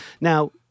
Now